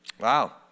Wow